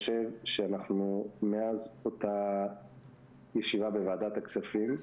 מאז אותה ישיבה בוועדת הכספים,